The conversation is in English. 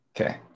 Okay